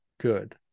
good